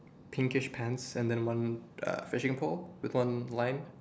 pinkish pants and then one uh fishing pole with one line